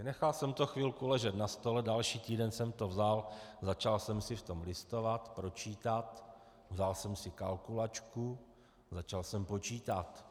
Nechal jsem to chvilku ležet na stole, další týden jsem to vzal, začal jsem si v tom listovat, pročítat, vzal jsem si kalkulačku a začal jsem počítat.